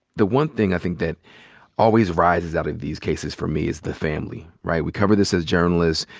the one thing i think that always rises out of these cases for me is the family, right? we cover this as journalists.